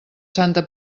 santa